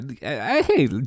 Hey